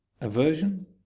aversion